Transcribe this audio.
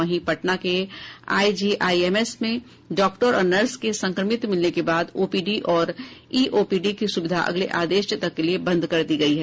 वहीं पटना के आईजीआईएमएस में डॉक्टर और नर्स के संक्रमित मिलने के बाद ओपीडी और ई ओपीडी की सुविधा अगले आदेश तक के लिए बंद कर दी गयी है